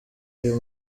uyu